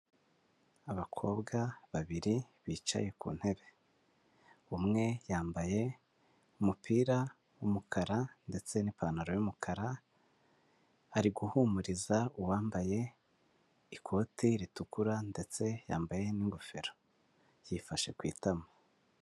Abakobwa babiri bicaye ku ntebe umwe yambaye umupira w'umukara ndetse n'ipantaro y'umukara, ari guhumuriza uwambaye ikote ritukura ndetse yambaye n'ingofero yifashe ku itama.